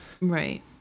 Right